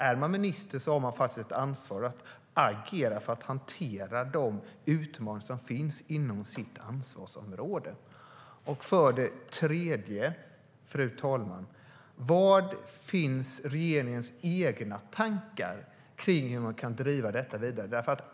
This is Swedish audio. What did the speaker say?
Är man minister har man faktiskt ett ansvar att agera för att hantera de utmaningar man har inom sitt ansvarsområde. För det tredje: Var finns regeringens egna tankar om hur man kan driva detta vidare?